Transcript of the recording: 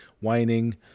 whining